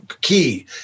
key